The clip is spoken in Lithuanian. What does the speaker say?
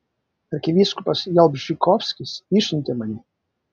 arkivyskupas jalbžykovskis išsiuntė mane